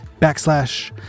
backslash